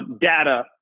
data